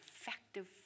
effective